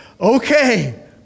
Okay